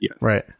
Right